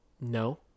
no